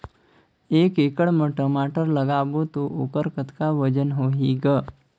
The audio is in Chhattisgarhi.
एक एकड़ म टमाटर लगाबो तो ओकर कतका वजन होही ग?